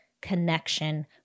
connection